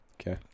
Okay